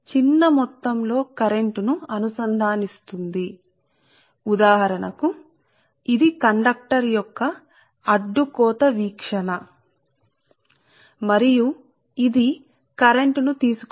ఇప్పుడు కండక్టర్ మధ్యలో మనం లోపలికి వెళ్లేటప్పుడు అంతర్గత ఫ్లక్స్ ప్రవాహం క్రమం గా చిన్న మొత్తం లో కరెంట్ను అనుసంధానిస్తుంది ఉదాహరణకు ఇది కండక్టర్ యొక్క క్రాస్ సెక్షన్ ని చూస్తే అని చెప్పండి మరియు ఇది కరెంట్ను తిసుకొని